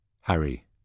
Harry